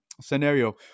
scenario